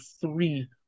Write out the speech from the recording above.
three